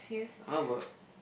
how ~bout